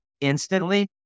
instantly